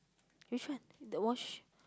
which one the wash